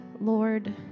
Lord